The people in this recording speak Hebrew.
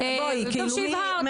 טוב שהבהרת.